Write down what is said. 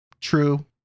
true